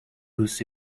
goose